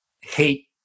hate